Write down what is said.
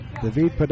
David